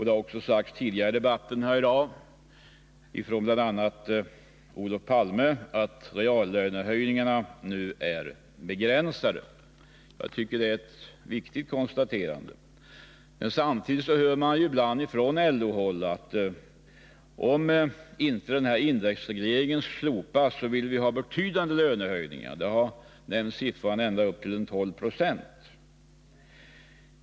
Det har också sagts tidigare i debatten häri dag, bl.a. av Olof Palme, att reallönehöjningarna nu är begränsade. Jag tycker det är ett viktigt konstaterande. Men samtidigt hör vi ibland från LO-håll att om inte indexregleringen slopas, så vill man ha betydande lönehöjningar— det har nämnts siffror på ända upp till 12 26.